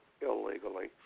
illegally